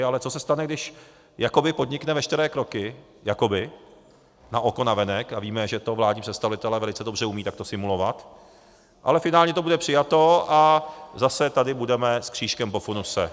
Ale co s stane, když jakoby podnikne veškeré kroky jakoby, naoko, navenek, a víme, že to vládní představitelé velice dobře umějí, takto simulovat , ale finálně to bude přijato a zase tady budeme s křížkem po funuse.